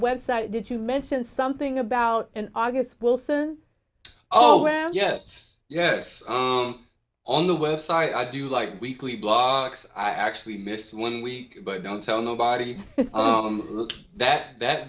website that you mentioned something about an august wilson oh yes yes on the website i do like weekly blog i actually missed one week but don't tell nobody look that that